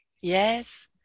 yes